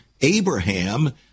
Abraham